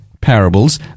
parables